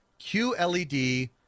QLED